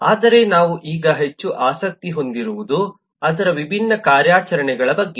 ಆದರೆ ನಾವು ಈಗ ಹೆಚ್ಚು ಆಸಕ್ತಿ ಹೊಂದಿರುವುದು ಅದರ ವಿಭಿನ್ನ ಕಾರ್ಯಾಚರಣೆಗಳ ಬಗ್ಗೆ